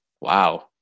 Wow